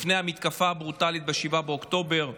לפני המתקפה הברוטלית ב-7 באוקטובר.